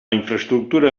infraestructura